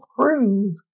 prove